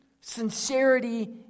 sincerity